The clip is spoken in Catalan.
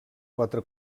quatre